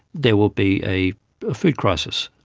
there will be a food crisis.